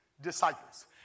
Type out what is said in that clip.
disciples